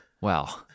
Wow